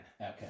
Okay